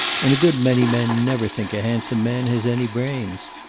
and a good many men never think a handsome man has any brains.